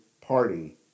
party